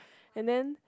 and then